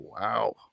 wow